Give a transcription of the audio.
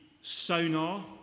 sonar